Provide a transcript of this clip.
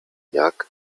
jak